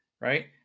right